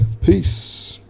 peace